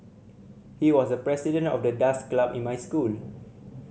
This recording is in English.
he was the president of the dance club in my school